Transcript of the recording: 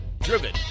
driven